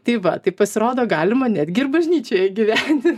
tai va tai pasirodo galima netgi ir bažnyčioje gyventi